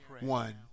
One